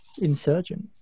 insurgent